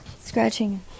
scratching